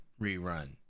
rerun